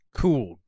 cool